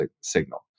signal